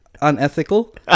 unethical